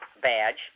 badge